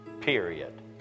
Period